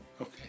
Okay